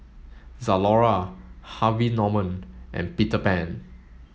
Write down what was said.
Zalora Harvey Norman and Peter Pan